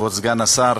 כבוד סגן השר,